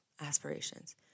aspirations